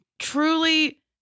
Truly